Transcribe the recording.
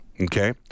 Okay